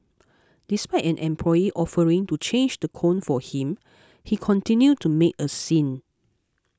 despite an employee offering to change the cone for him he continued to make a scene